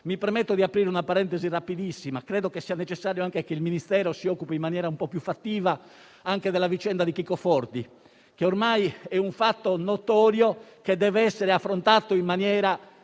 Mi permetto di aprire una parentesi rapidissima: credo sia necessario che il Ministero si occupi in maniera un po' più fattiva anche della vicenda di Chico Forti, che ormai è un fatto notorio che deve essere affrontato in maniera